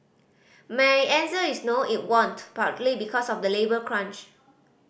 my answer is no it won't partly because of the labour crunch